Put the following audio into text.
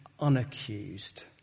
unaccused